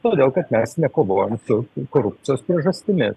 todėl kad mes nekovojam su korupcijos priežastimi